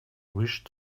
wish